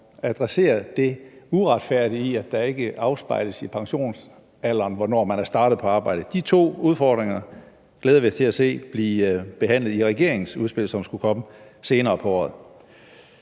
adresserer det uretfærdige i, at det ikke afspejles i pensionsalderen, hvornår man er startet på arbejde. De to udfordringer glæder vi os til at se blive behandlet i regeringens udspil, som skulle komme senere på året.